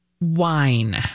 wine